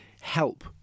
help